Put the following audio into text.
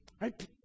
right